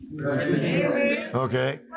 Okay